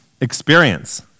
Experience